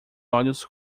olhos